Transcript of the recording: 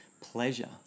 pleasure